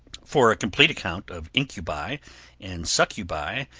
for a complete account of incubi and succubi,